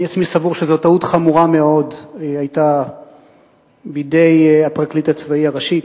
אני עצמי סבור שטעות חמורה מאוד היתה בידי הפרקליט הצבאי הראשי,